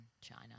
China